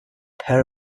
pair